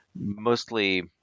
mostly